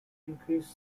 increased